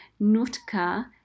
nutka